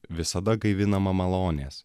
visada gaivinama malonės